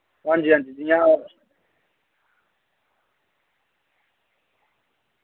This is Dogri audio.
हांजी हांजी जि'यां